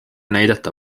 näidata